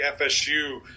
FSU